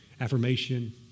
affirmation